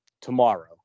Tomorrow